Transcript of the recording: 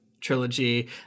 trilogy